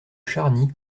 charny